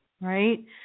right